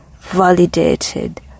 validated